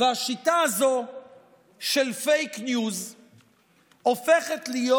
והשיטה הזאת של פייק ניוז הופכת להיות